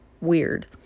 weird